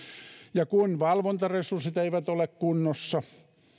ja kun valvontaresurssit eivät ole kunnossa